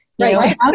right